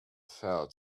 fell